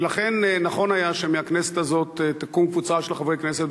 ולכן נכון היה שמהכנסת הזאת תקום קבוצה של חברי כנסת,